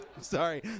Sorry